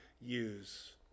use